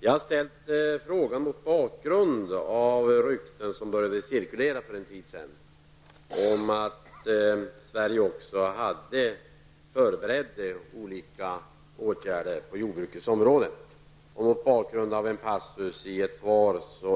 Jag har ställt frågan mot bakgrund av rykten, som började cirkulera för en tid sedan, om att också Sverige förberedde olika åtgärder på jordbrukets område och mot bakgrund av en passus i